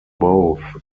both